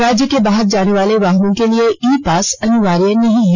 राज्य के बाहर जाने वाले वाहनों के लिए ई पास अनिवार्य नहीं है